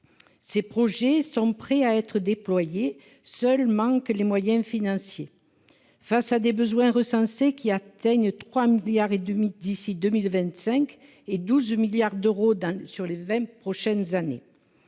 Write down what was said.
Ses projets sont prêts à être déployés, seuls manquent les moyens financiers, face à des besoins recensés qui atteignent 3,5 milliards d'euros d'ici à 2025 et 12 milliards d'euros sur les vingt prochaines années.